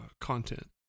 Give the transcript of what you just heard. content